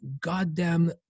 goddamn